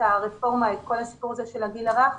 הרפורמה ואת כל הסיפור הזה של הגיל הרך,